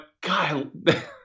God